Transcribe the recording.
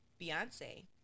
Beyonce